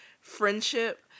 Friendship